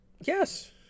Yes